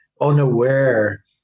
unaware